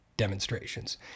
demonstrations